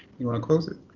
you want to close it?